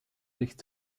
ligt